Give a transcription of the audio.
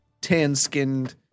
tan-skinned